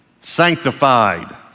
Sanctified